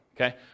okay